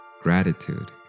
gratitude